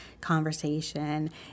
conversation